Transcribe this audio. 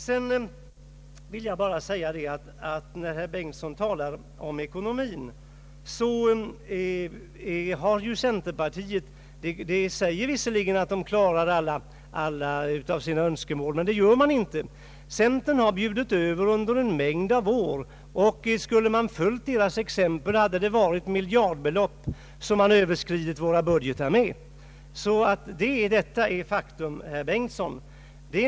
Herr Bengtson talar om ekonomin. Centerpartiet säger visserligen att det klarar alla sina önskemål, men det gör man inte. Centern har i många år kommit med överbud. och skulle vi ha fölit dess exempel hade vi överskridit budgeten med miljardbelopp. Detta är faktum, herr Bengtson.